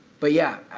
but yeah,